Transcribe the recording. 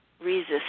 resist